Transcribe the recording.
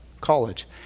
college